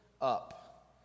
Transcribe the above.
up